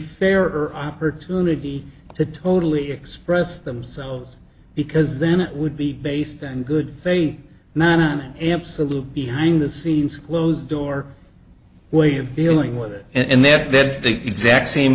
fair opportunity to totally express themselves because then it would be based on good faith nona absolute behind the scenes closed door way of dealing with it and that then the exact same